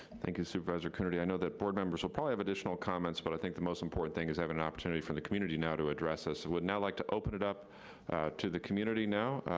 thank you, supervisor coonerty. i know that board members will probably have additional comments, but i think the most important thing is having an opportunity for the community now to address us. would now like to open it up to the community, now.